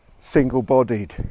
single-bodied